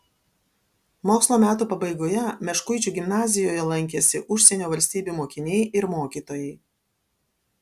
mokslo metų pabaigoje meškuičių gimnazijoje lankėsi užsienio valstybių mokiniai ir mokytojai